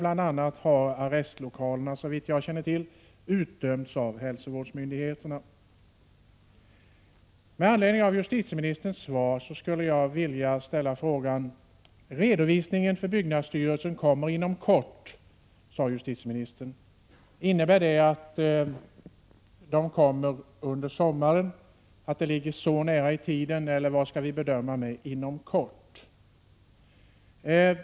Arrestlokalerna har t.ex., såvitt jag känner till, utdömts av hälsovårdsmyndigheterna. Med anledning av justitieministerns svar skulle jag vilja ställa några frågor. För det första: Redovisningen från byggnadsstyrelsen kommer inom kort, säger justitieministern. Innebär det att den kommer under sommaren? Eller hur skall jag bedöma ”inom kort”?